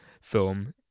film